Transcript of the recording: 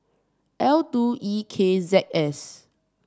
L two E K Z S